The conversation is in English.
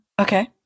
Okay